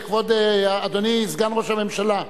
אדוני סגן ראש הממשלה,